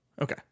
Okay